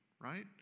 right